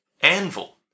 anvil